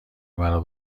مرا